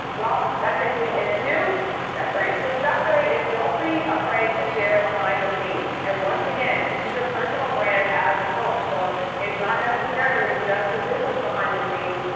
well that takes me into step three. so step three is don't be afraid to share behind the scenes. and once again, this is your personal brand as a coach. so it's not necessarily just the business behind the scenes.